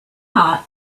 hot